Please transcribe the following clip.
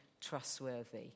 trustworthy